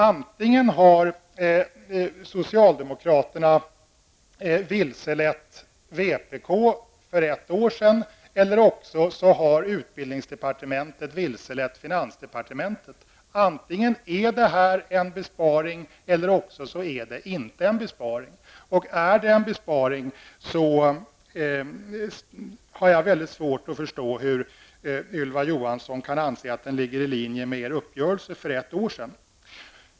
Antingen har socialdemokraterna vilselett vpk för ett år sedan eller också har utbildningsdepartementet vilselett finansdepartementet. Antingen är det här en besparing eller också är det inte en besparing. Om det är en besparing har jag mycket svårt att förstå hur Ylva Johansson kan anse att den ligger i linje med er uppgörelse för ett år sedan.